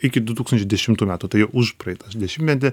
iki du tūkstančiai dešimtų metų tai užpraeitas dešimtmetį